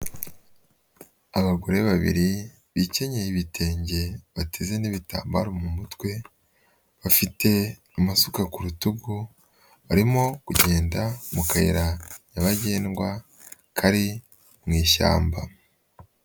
Abagore babiri bikenye ibitenge, bateze n'ibitambaro mu mutwe, bafite amasuka ku rutugu, barimo kugenda mu kayira nyabagendwa kari mu ishyamba.